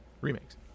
remakes